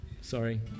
sorry